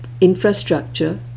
infrastructure